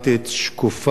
שקופה,